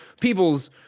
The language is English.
people's